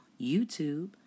YouTube